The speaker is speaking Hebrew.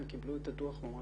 הם קיבלו את הדוח ממש